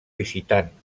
visitant